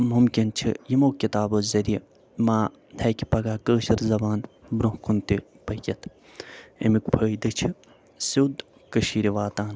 ممکِن چھُ یِمو کِتابو ذٔریعہ ما ہٮ۪کہِ پگاہ کٲشٕر زبان برٛونٛہہ کُن تہِ پٔکِتھ ییٚمیُک فٲیدٕ چھِ سیوٚد کٔشیٖرِ واتان